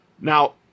Now